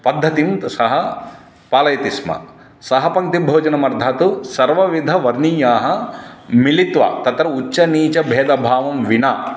पद्धतिं त् सः पालयति स्म सहपङ्क्ति भोजनमर्थात् सर्वविधवर्णीयाः मिलित्वा तत्र उच्चनीच भेदभावं विना